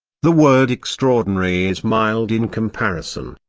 the word extraordinary is mild in comparison.